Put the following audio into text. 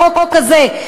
בחוק הזה,